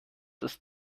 ist